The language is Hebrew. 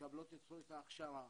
מקבלות אצלו את ההכשרה.